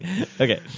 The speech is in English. Okay